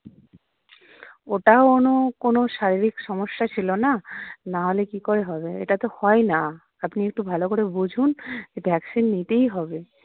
ওটাও কোনও শারীরিক সমস্যা ছিল না নাহলে কী করে হবে এটা তো হয় না আপনি একটু ভালো করে বুঝুন ভ্যাকসিন নিতেই হবে